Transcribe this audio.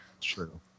True